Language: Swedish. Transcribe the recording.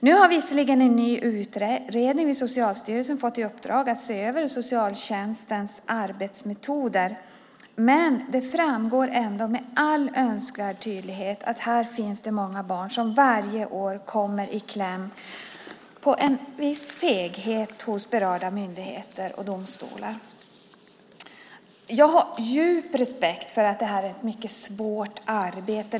Nu har visserligen en ny utredning vid Socialstyrelsen fått i uppdrag att se över socialtjänstens arbetsmetoder. Men det framgår ändå med all önskvärd tydlighet att här finns många barn som varje år kommer i kläm på grund av en viss feghet hos berörda myndigheter och domstolar. Jag har djup respekt för att det här är ett svårt arbete.